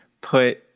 put